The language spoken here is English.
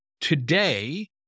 today